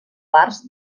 parts